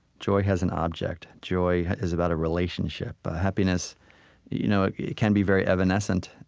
joy has an object. joy is about a relationship. happiness you know yeah can be very evanescent,